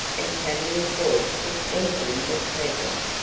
and tavia's voice was anything but pleasant.